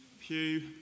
pew